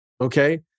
Okay